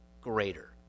greater